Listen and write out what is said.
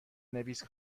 نویس